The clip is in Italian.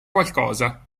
qualcosa